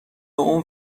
اون